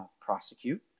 prosecute